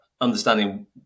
understanding